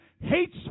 hates